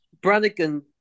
Brannigan